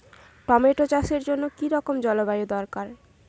Tomato চাষের জন্য কি রকম জলবায়ু দরকার?